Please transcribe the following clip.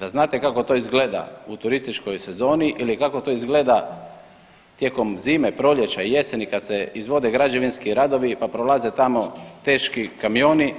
Da znate kako to izgleda u turističkoj sezoni ili kako to izgleda tijekom zime, proljeća i jeseni kad se izvode građevinski radovi, pa prolaze tamo teški kamioni